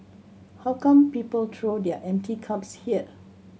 how come people throw their empty cups here